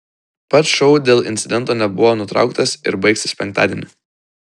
pats šou dėl incidento nebuvo nutrauktas ir baigsis penktadienį